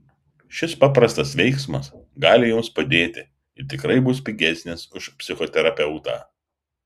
šis paprastas veiksmas gali jums padėti ir tikrai bus pigesnis už psichoterapeutą